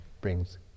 brings